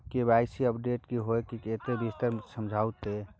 KYC update की होय छै किन्ने विस्तार से समझाऊ ते?